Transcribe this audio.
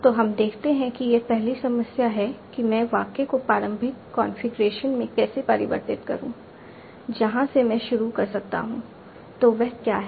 तो हम देखते हैं कि यह पहली समस्या है कि मैं वाक्य को प्रारंभिक कॉन्फ़िगरेशन में कैसे परिवर्तित करूं जहां से मैं शुरू कर सकता हूं तो वह क्या है